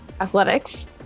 athletics